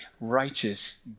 righteous